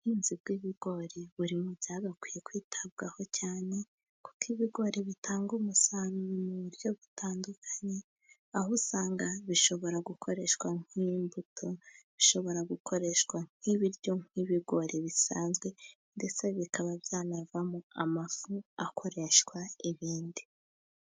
Ubuhinzi bw'ibigori buri mu byagakwiye kwitabwaho cyane , kuko ibigori bitanga umusaro mu buryo butandukanye , aho usanga bishobora gukoreshwa nk'imbuto , bishobora gukoreshwa nk'ibiryo , nk'ibigori bisanzwe ndetse bikaba byanavamo amafu akoreshwa ibindi.